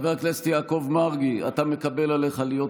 חבר הכנסת יעקב מרגי, אתה מקבל עליך להיות מועמד?